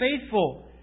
faithful